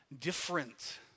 different